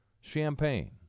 Champagne